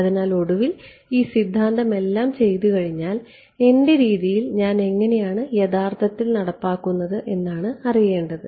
അതിനാൽ ഒടുവിൽ ഈ സിദ്ധാന്തം എല്ലാം ചെയ്തുകഴിഞ്ഞാൽ എന്റെ രീതിയിൽ ഞാൻ എങ്ങനെയാണ് യഥാർത്ഥത്തിൽ നടപ്പാക്കുന്നത് എന്നതാണ് അറിയേണ്ടത്